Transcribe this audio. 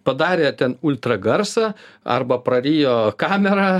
padarė ten ultragarsą arba prarijo kamerą